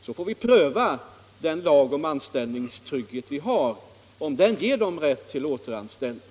Då får man pröva om den lag vi har om anställningstrygghet ger dem rätt till återanställning.